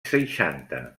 seixanta